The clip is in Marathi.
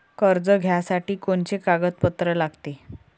कर्ज घ्यासाठी कोनचे कागदपत्र लागते?